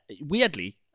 weirdly